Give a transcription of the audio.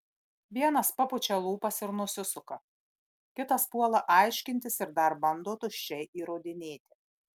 vienas papučia lūpas ir nusisuka kitas puola aiškintis ir dar bando tuščiai įrodinėti